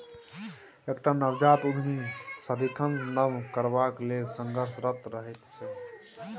एकटा नवजात उद्यमी सदिखन नब करबाक लेल संघर्षरत रहैत छै